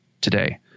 today